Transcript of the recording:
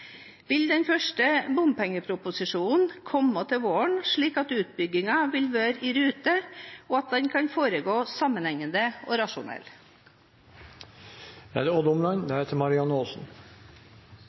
Vil denne første bompengeproposisjonen komme til våren, slik at utbyggingen vil være i rute, og at den kan foregå sammenhengende og rasjonelt? Nordområdene, medregnet Svalbard, er